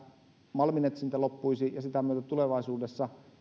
malminetsintä loppuisi ja sitä myöten tulevaisuudessa